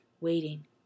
waiting